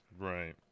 right